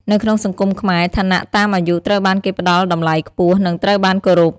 នៅក្នុងសង្គមខ្មែរ ឋានៈតាមអាយុត្រូវបានគេផ្ដល់តម្លៃខ្ពស់ និងត្រូវបានគោរពរ។